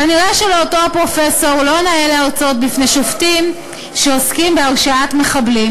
כנראה לאותו פרופסור לא נאה להרצות בפני שופטים שעוסקים בהרשעת מחבלים.